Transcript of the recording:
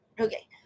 Okay